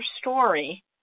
story